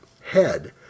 head